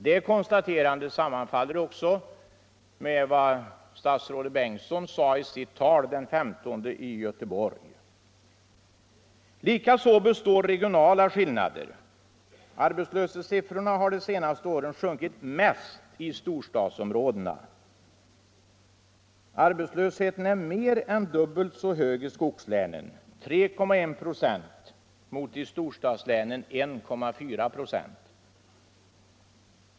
Det konstaterandet sammanfaller också med vad statsrådet Bengtsson sade i sitt tal den 15 mars i Göteborg. Likaså består regionala skillnader. Arbetslöshetssiffrorna har det senaste året sjunkit mest i storstadsområdena. Arbetslösheten är mer än dubbelt så hög i skogslänen — 3,1 96 mot i storstadslänen 1,4 96.